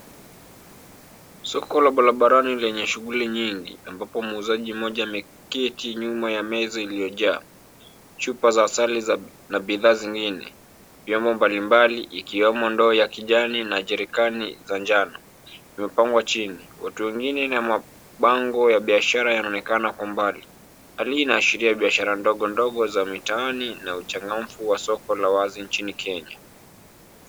Soko la barabarani lenye shughuli nyingi, ambapo muuzaji mmoja ameketi nyuma ya mezo iliyojaa. Chupa za asali na bidhaa zingine. Vyombo mbalimbali ikiwemo ndoo ya kijani na jerekani za njano, zimepangwa chini. Watu wengine na mabango ya biashara yanaonekana kwa mbali. Hali hii inaashiria biashara ndogo ndogo za mitaani na uchangamfu wa soko la wazi nchini Kenya.